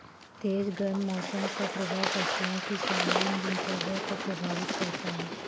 तेज गर्म मौसम का प्रभाव पशुओं की सामान्य दिनचर्या को प्रभावित करता है